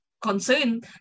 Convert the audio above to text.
concern